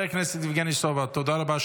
תודה.